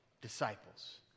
disciples